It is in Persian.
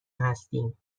هستیم